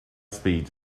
speed